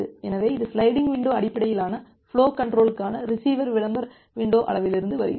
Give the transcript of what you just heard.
எனவே இது sliding window அடிப்படையிலான ஃபுலோக் கன்ட்ரோல்க்கான ரிசீவர் விளம்பர விண்டோ அளவிலிருந்து வருகிறது